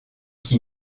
qui